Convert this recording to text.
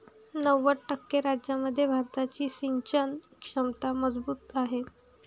नव्वद टक्के राज्यांमध्ये भारताची सिंचन क्षमता मजबूत आहे